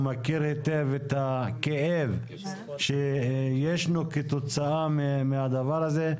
הוא מכיר היטב את הכאב שיש כתוצאה מהדבר הזה.